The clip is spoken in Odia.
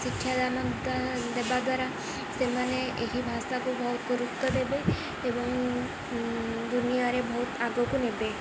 ଶିକ୍ଷାଦାନ ଦେବା ଦ୍ୱାରା ସେମାନେ ଏହି ଭାଷାକୁ ବହୁତ ଗୁରୁତ୍ୱ ଦେବେ ଏବଂ ଦୁନିଆରେ ବହୁତ ଆଗକୁ ନେବେ